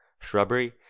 shrubbery